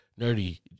nerdy